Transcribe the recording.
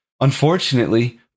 unfortunately